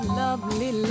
lovely